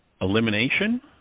elimination